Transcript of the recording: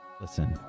Listen